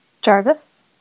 Jarvis